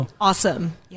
Awesome